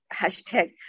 hashtag